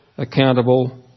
Accountable